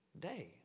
day